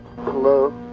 Hello